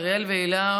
ואריאל והילה,